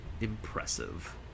impressive